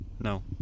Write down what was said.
No